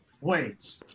Wait